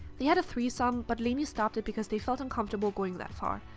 they had a threesome but lainey stopped it because they felt uncomfortable going that far.